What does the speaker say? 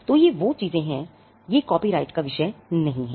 तो वे चीजें हैं यह कॉपीराइट का विषय नहीं है